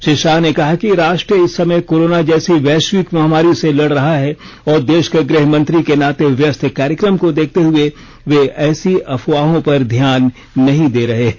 श्री शाह ने कहा कि राष्ट्र इस समय कोरोना जैसी वैश्विक महामारी से लड़ रहा है और देश के गृहमंत्री के नाते व्यस्त कार्यक्रम को देखते हुए वे ऐसी अफवाहों पर ध्यान नहीं दे रहे हैं